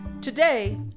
Today